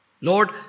Lord